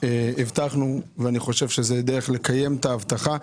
הבטחנו ואני חושב שזו הדרך לקיים את ההבטחה.